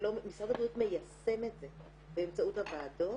משרד הבריאות מיישם את זה באמצעות הוועדות